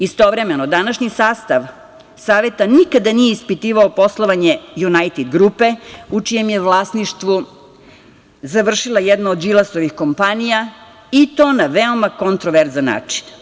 Istovremeno, današnji sastav Saveta nikada nije ispitivao poslovanje Junajted grupe u čijem je vlasništvu završila jedna od Đilasovih kompanija i to na veoma kontroverzan način.